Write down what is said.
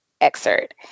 excerpt